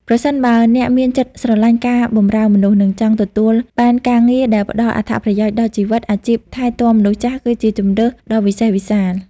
ប្រសិនបើអ្នកមានចិត្តស្រឡាញ់ការបម្រើមនុស្ស និងចង់ទទួលបានការងារដែលផ្តល់អត្ថន័យដល់ជីវិត អាជីពថែទាំមនុស្សចាស់គឺជាជម្រើសដ៏វិសេសវិសាល។